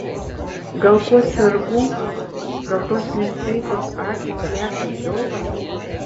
gal kuo sergu gal tos nesveikos akys slepia džiovą